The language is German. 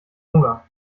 hunger